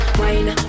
wine